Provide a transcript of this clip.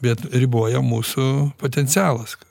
bet riboja mūsų potencialas